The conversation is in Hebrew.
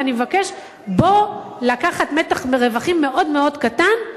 ואני מבקש בו לקחת מתח רווחים מאוד מאוד קטן,